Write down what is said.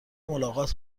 ملاقات